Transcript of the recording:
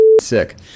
sick